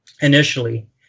initially